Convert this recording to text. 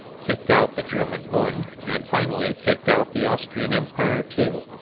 kicked out the german bund, and finally kicked out the austrian empire too,